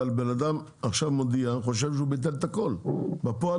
הבן אדם חושב שהוא ביטל את הכול אבל בפועל